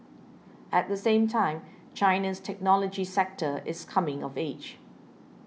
at the same time China's technology sector is coming of age